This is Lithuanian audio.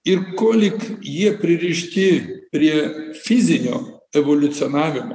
ir ko lyg jie pririšti prie fizinio evoliucionavimo